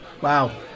Wow